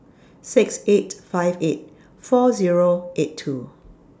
six eight five eight four Zero eight two